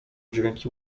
dźwięki